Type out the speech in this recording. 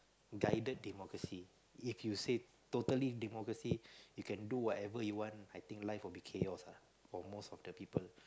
guided democracy if you said totally democracy you can do whatever you want I think life will be chaos ah for most of the people